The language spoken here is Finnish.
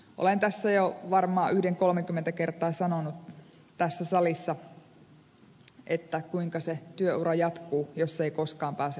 olen jo varmaan yhden kolmekymmentä kertaa kysynyt tässä salissa kuinka se työura jatkuu jos se ei koskaan pääse alkuun